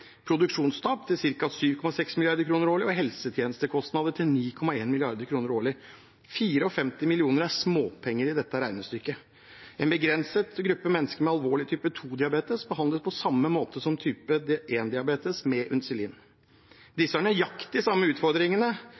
og helsetjenestekostnadene til 9,1 mrd. kr årlig. 54 mill. kr er småpenger i dette regnestykket. En begrenset gruppe mennesker med alvorlig type 2-diabetes behandles på samme måte som type 1-diabetes med insulin. Disse har de nøyaktig samme utfordringene